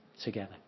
together